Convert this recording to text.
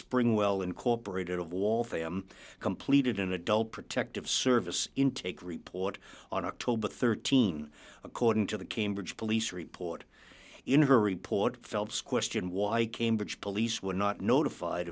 spring well incorporated of waltham completed an adult protective service intake report on october th according to the cambridge police report in her report phelps question why cambridge police were not notified